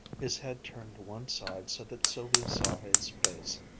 his head turned to one side so that sylvia saw his face,